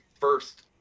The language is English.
first